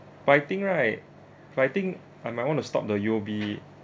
but I think right if I think I might want to stop the U_O_B